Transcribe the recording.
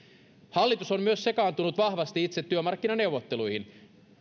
hallitus on myös sekaantunut vahvasti itse työmarkkinaneuvotteluihin